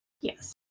Yes